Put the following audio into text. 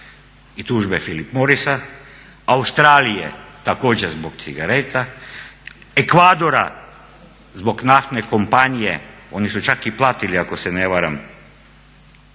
i tužbe Philip MOrrisa, Australije također zbog cigareta, Ekvadora zbog naftne kompanije, oni su čak i platili ako se ne varam